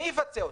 מי יפצה אותם?